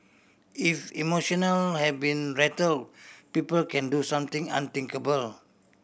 if emotional have been rattle people can do something unthinkable